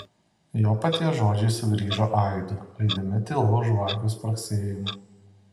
jo paties žodžiai sugrįžo aidu lydimi tylaus žvakių spragsėjimo